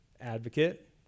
advocate